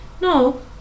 No